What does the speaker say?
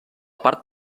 part